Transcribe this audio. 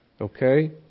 Okay